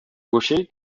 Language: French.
gaucher